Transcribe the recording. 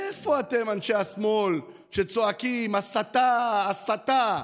איפה אתם, אנשי השמאל, שצועקים: הסתה, הסתה?